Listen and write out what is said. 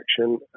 action